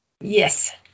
Yes